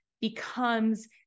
becomes